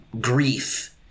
grief